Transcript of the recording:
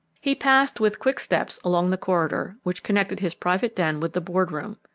he passed with quick steps along the corridor which connected his private den with the board-room,